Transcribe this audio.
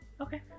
Okay